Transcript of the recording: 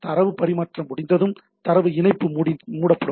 தரவு பரிமாற்றம் முடிந்ததும் தரவு இணைப்பு மூடப்படும்